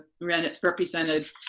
represented